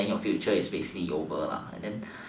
then your future is basically over lah and then